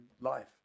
life